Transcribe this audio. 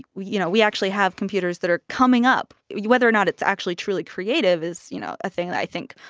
you know, we actually have computers that are coming up whether or not it's actually truly creative is, you know, a thing that, i think,